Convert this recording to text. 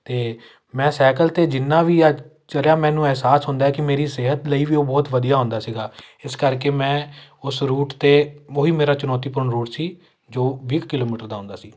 ਅਤੇ ਮੈਂ ਸਾਈਕਲ 'ਤੇ ਜਿੰਨਾ ਵੀ ਆ ਚਰਿਆ ਮੈਨੂੰ ਅਹਿਸਾਸ ਹੁੰਦਾ ਕਿ ਮੇਰੀ ਸਿਹਤ ਲਈ ਵੀ ਉਹ ਬਹੁਤ ਵਧੀਆ ਹੁੰਦਾ ਸੀਗਾ ਇਸ ਕਰਕੇ ਮੈਂ ਉਸ ਰੂਟ 'ਤੇ ਉਹੀ ਮੇਰਾ ਚੁਣੌਤੀਪੂਰਨ ਰੂਟ ਸੀ ਜੋ ਵੀਹ ਕੁ ਕਿਲੋਮੀਟਰ ਦਾ ਹੁੰਦਾ ਸੀ